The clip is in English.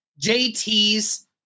JT's